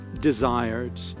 desired